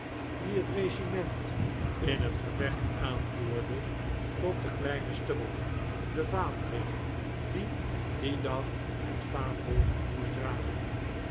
die het regiment in het gevecht aanvoerde tot den kleinen stubble den vaandrig die dien dag het vaandel moest dragen